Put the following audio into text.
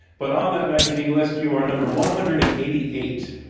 but on that magazine list, you are number one hundred and eighty eight.